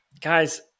Guys